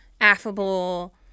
affable